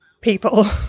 people